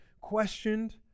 questioned